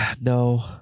No